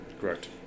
Correct